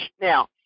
Now